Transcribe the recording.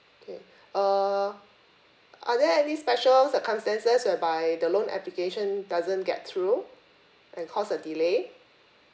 okay err are there any special circumstances whereby the loan application doesn't get through and because a delay